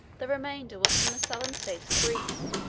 the remainder was from the southern states of greece.